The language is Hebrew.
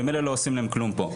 ממילא לא עושים להן כלום פה.